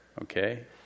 okay